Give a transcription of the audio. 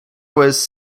was